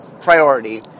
priority